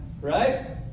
Right